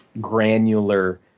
granular